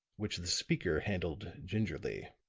which the speaker handled gingerly.